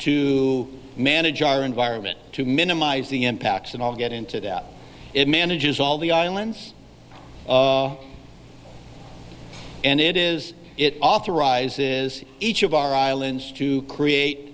to manage our environment to minimize the impacts and i'll get into that it manages all the islands and it is it authorizes each of our islands to create